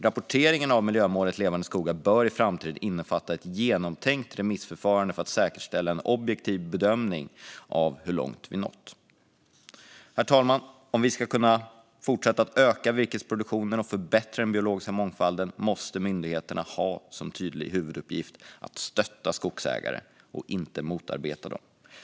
Rapporteringen av miljömålet Levande skogar bör i framtiden innefatta ett genomtänkt remissförfarande för att säkerställa en objektiv bedömning av hur långt vi nått. Herr talman! Om vi ska kunna fortsätta att öka virkesproduktionen och förbättra den biologiska mångfalden måste myndigheterna ha som tydlig huvuduppgift att stötta skogsägare och inte motarbeta dem.